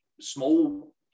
small